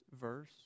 verse